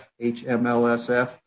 HMLSF